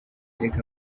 reka